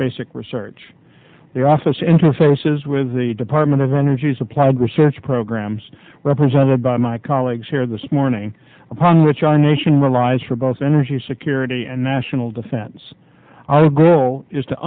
basic research the office interfaces with the department of energy is applied research programs represented by my colleagues here this morning hong which our nation will rise for both energy security and national defense our goal is to